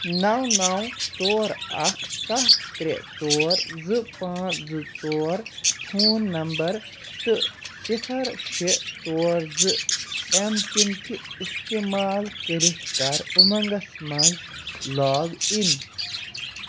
نو نو ژور اکھ سَتھ ترٛےٚ ژور زٕ پانژھ زٕ ژور فون نمبر تہٕ صِفر شیٚے ژور زٕ ایم پِن کہِ استعمال کٔرتھ کر اُمنٛگس مَنٛز لاگ ان